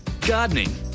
Gardening